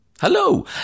Hello